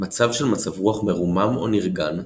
מצב של מצב-רוח מרומם או נרגן,